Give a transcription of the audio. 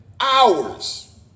hours